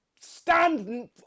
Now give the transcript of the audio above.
stand